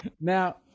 Now